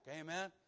Amen